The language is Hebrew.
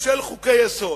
של חוקי-יסוד.